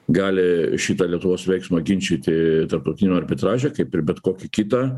gali šitą lietuvos veiksmą ginčyti tarptautiniam arbitraže kaip ir bet kokį kitą